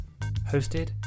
Hosted